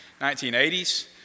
1980s